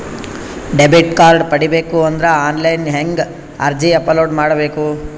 Debit card ಪಡಿಬೇಕು ಅಂದ್ರ online ಹೆಂಗ್ ಅರ್ಜಿ ಅಪಲೊಡ ಮಾಡಬೇಕು?